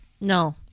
No